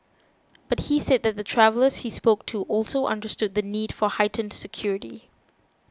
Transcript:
but he said that the travellers he spoke to also understood the need for heightened security